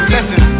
Listen